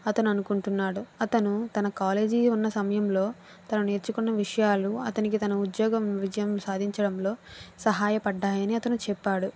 అతను అనుకుంటున్నాడు అతను తన కాలేజీ ఉన్న సమయంలో తను నేర్చుకున్న విషయాలు అతనికి తన ఉద్యోగం విజయం సాధించడంలో సహాయపడ్డాయి అని అతను చెప్పాడు